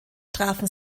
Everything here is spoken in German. trafen